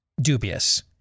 dubious